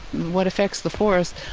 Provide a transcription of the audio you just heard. what affects the forests,